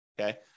Okay